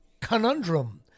conundrum